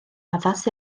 addas